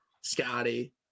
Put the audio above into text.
Scotty